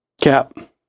Cap